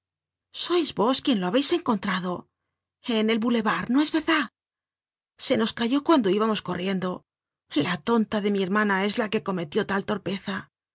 vos quien lo habeis encontrado en el boulevard no es verdad se nos cayó cuando íbamos corriendo la tonta de mi hermana es la que cometió tal torpeza